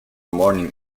morning